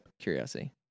curiosity